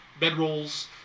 bedrolls